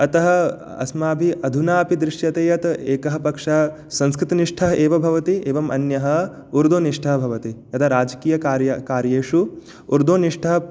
अतः अस्माभिः अधुनापि दृश्यते यत् एकः पक्षः संस्कृतनिष्ठः एव भवति एवमन्यः उर्दुनिष्ठः भवति यदा राजकीयकार्य कार्येषु उर्दुनिष्ठा